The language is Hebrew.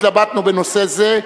התלבטנו בנושא זה,